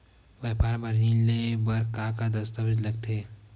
व्यापार बर ऋण ले बर का का दस्तावेज लगथे?